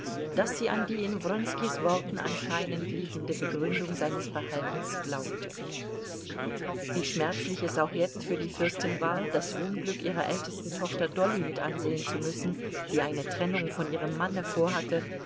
daß sie an die in wronskis worten anscheinend liegende begründung seines verhaltens glaubte wie schmerzlich es auch jetzt für die fürstin war das unglück ihrer ältesten tochter dolly mit ansehen zu müssen die eine trennung von ihrem manne vorhatte